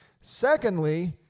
Secondly